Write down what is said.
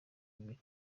bibiri